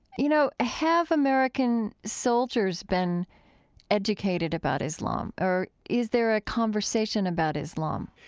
you know, have american soldiers been educated about islam? or is there a conversation about islam?